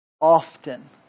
often